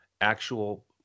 actual